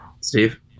Steve